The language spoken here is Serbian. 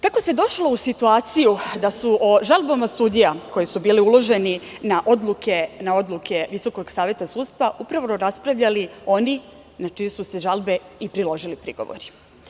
Tako se došlo u situaciju da su o žalbama sudija koje su bile uložene na odluke Visokog saveta sudstva upravo raspravljali oni na čije su se žalbe i priložili prigovori.